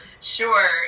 Sure